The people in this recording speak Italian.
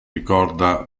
ricorda